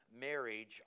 marriage